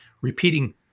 repeating